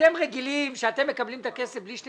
אנחנו אישרנו את זה כאן.